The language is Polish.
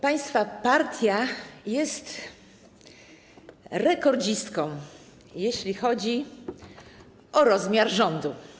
Państwa partia jest rekordzistką, jeśli chodzi o rozmiar rządu.